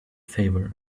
favor